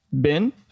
bin